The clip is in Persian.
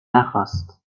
نخواست